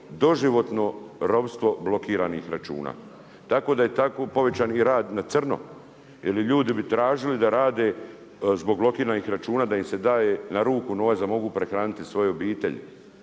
doživotno ropstvo blokiranih računa. Tako da je tako povećan i rad na crno. Ili ljudi bi tražili da rade zbog blokiranih računa, da im se daje na ruku novac da mogu prehraniti svoje obitelji.